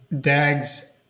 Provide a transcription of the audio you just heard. DAGs